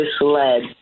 misled